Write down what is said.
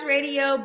Radio